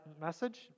message